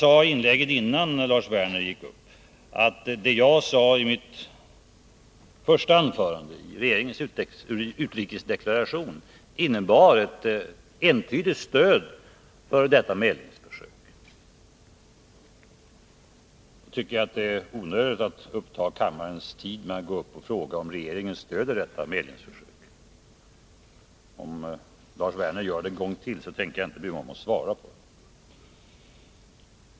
I mitt inlägg innan Lars Werner gick upp i talarstolen sade jag att regeringens utrikesdeklaration innebar ett entydigt stöd för detta medlingsförsök. Då tycker jag att det är onödigt att ta upp kammarens tid med att fråga om regeringen stöder detta medlingsförsök. Om Lars Werner gör det en gång till tänker jag inte svara.